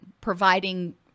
providing